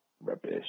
rubbish